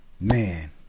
man